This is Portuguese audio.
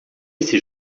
esse